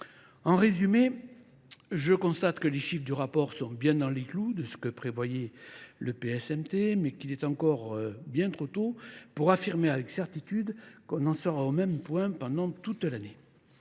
En résumé, je constate que les chiffres du rapport sont bien dans les clous de ce que prévoyait le PSMT, mais qu'il est encore bien trop tôt pour affirmer avec certitude qu'on en sera au même point pendant toute l'année.